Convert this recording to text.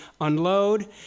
unload